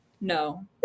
no